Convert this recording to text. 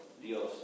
Dios